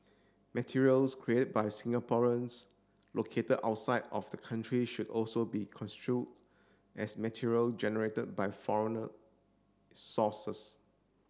materials create by Singaporeans located outside of the country should also be construe as material generated by foreigner sources